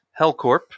Hellcorp